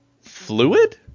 fluid